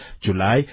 July